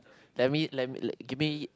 let me let me let give me